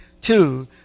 Two